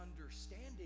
understanding